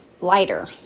lighter